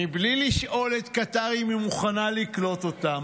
בלי לשאול את קטאר אם היא מוכנה לקלוט אותם.